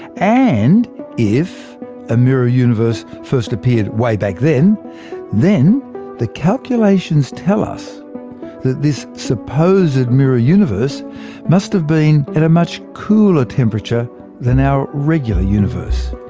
and if a mirror universe first appeared way back then then the calculations tell us that this supposed and mirror universe must have been at a much cooler temperature than our regular universe.